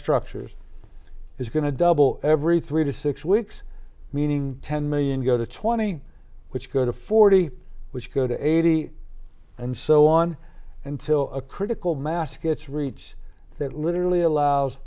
structures is going to double every three to six weeks meaning ten million go to twenty which go to forty which go to eighty and so on until a critical mass gets reach that literally allows